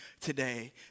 today